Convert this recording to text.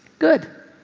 good.